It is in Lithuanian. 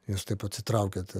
jūs taip atsitraukėte